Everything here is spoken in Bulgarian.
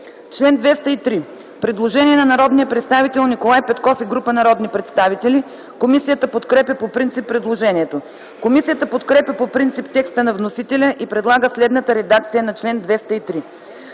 чл. 207 има предложение от народния представител Николай Петков и група народни представители. Комисията подкрепя по принцип предложението. Комисията подкрепя по принцип текста на вносителя и предлага следната редакция на чл. 207: